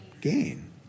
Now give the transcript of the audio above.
gain